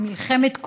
למלחמת קודש,